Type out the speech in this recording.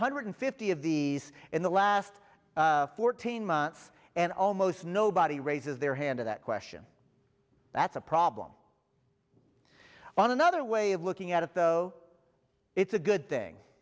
hundred fifty of these in the last fourteen months and almost nobody raises their hand to that question that's a problem and another way of looking at it though it's a good thing